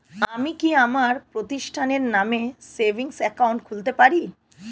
আমি কি আমার প্রতিষ্ঠানের নামে সেভিংস একাউন্ট খুলতে পারি?